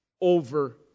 over